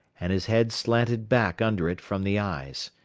and his head slanted back under it from the eyes.